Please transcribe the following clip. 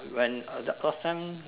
when uh the first time